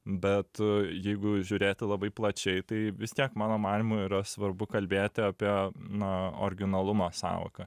bet jeigu žiūrėti labai plačiai tai vis tiek mano manymu yra svarbu kalbėti apie na originalumo sąvoką